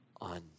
on